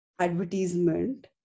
advertisement